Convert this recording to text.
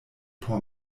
por